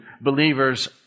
believers